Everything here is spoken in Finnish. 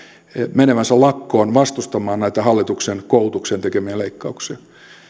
menevänsä lakkoon vastustamaan näitä hallituksen koulutukseen tekemiä leikkauksia